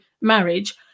marriage